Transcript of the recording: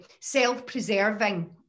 self-preserving